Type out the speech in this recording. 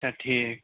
ٹھیٖک